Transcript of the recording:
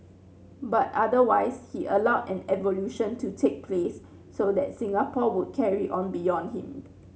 but otherwise he allowed an evolution to take place so that Singapore would carry on beyond him